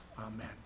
Amen